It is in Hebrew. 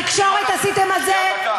אתם התחלתם את זה רק עכשיו.